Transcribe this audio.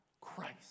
Christ